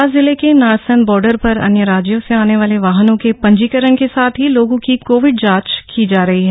हरिद्वार जिले के नारसन बॉर्डर पर अन्य राज्यों से आने वाले वाहनों के पंजीकरण के साथ ही लोगों की कोविड जांच की जा रही है